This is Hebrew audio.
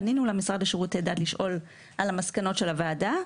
פנינו למשרד לשירותי דת לשאול על המסקנות של הוועדה,